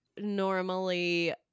normally